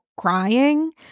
crying